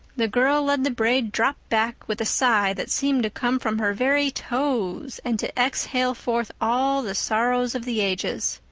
the girl let the braid drop back with a sigh that seemed to come from her very toes and to exhale forth all the sorrows of the ages.